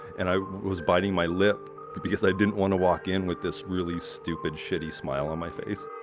and i was biting my lip because i didn't want to walk in with this really stupid, shitty smile on my face